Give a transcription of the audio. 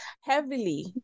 heavily